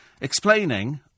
explaining